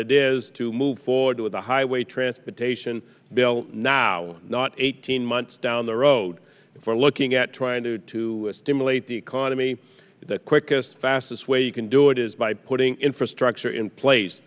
it is to move forward with the highway transportation bill now not eighteen months down the road if we're looking at trying to stimulate the economy the quickest fastest way you can do it is by putting infrastructure in place